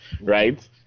right